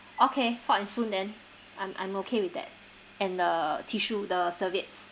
okay fork and spoon then I'm I'm okay with that and the tissue the serviettes